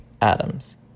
Adams